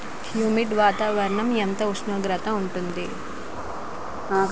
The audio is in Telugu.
హ్యుమిడ్ వాతావరణం ఎంత ఉష్ణోగ్రత ఉంటుంది?